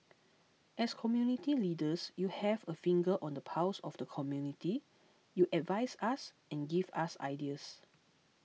as community leaders you have a finger on the pulse of the community you advise us and give us ideas